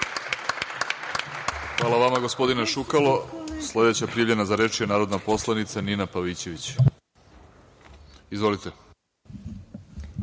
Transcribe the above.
Hvala vama, gospodine Šukalo. Sledeća prijavljena za reč je narodna poslanica Nina Pavićević. Izvolite.